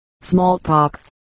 smallpox